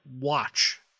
watch